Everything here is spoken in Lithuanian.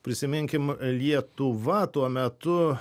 prisiminkim lietuva tuo metu